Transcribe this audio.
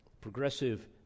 Progressive